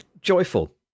Joyful